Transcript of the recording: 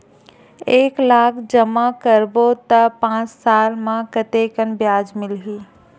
एक लाख जमा करबो त पांच साल म कतेकन ब्याज मिलही?